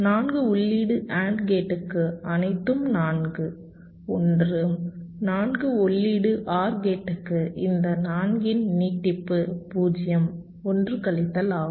4 உள்ளீடு AND கேட்டுக்கு அனைத்தும் 4 ஒன்று 4 உள்ளீடு OR கேட்டுக்கு இந்த 4 இன் நீட்டிப்பு 0 1 கழித்தல் ஆகும்